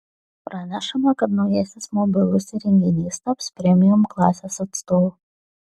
pranešama kad naujasis mobilus įrenginys taps premium klasės atstovu